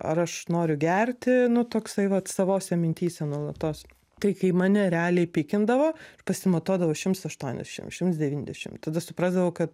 ar aš noriu gerti nu toksai vat savose mintyse nuolatos tai kai mane realiai pykindavo pasimatuodavo šimts aštuoniasdešim šimts devyndešim tada suprasdavau kad